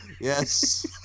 Yes